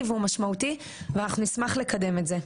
והוא משמעותי ואנחנו נשמח לקדם את זה.